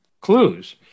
clues